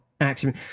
action